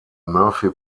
murphy